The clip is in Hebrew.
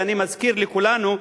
ואני מזכיר לכולנו,